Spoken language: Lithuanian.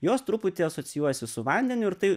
jos truputį asocijuojasi su vandeniu ir tai